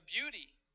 beauty